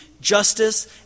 justice